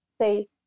say